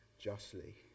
justly